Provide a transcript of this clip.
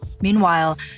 Meanwhile